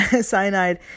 cyanide